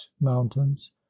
mountains